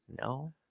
No